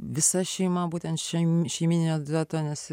visa šeima būtent šiame šeimyninio dueto nes